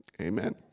Amen